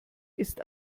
ist